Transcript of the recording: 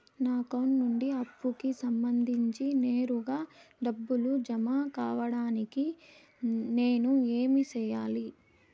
నా అకౌంట్ నుండి అప్పుకి సంబంధించి నేరుగా డబ్బులు జామ కావడానికి నేను ఏమి సెయ్యాలి?